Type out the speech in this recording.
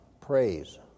praise